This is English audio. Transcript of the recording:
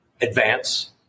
advance